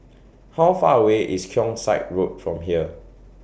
How Far away IS Keong Saik Road from here